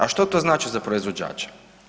A što to znači za proizvođače?